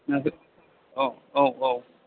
ओहो औ औ औ